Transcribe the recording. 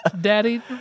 Daddy